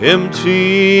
Empty